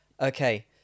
okay